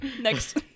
Next